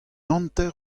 hanter